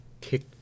kick